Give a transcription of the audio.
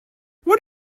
what